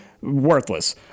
worthless